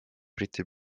briti